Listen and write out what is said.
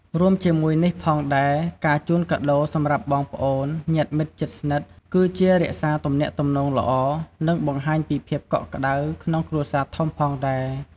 រួមជាមួយនេះផងដែរ ការជូនកាដូរសម្រាប់បងប្អូន (ញាតិមិត្តជិតស្និទ្ធ)គឺជារក្សាទំនាក់ទំនងល្អ និងបង្ហាញពីភាពកក់ក្ដៅក្នុងគ្រួសារធំផងដែរ។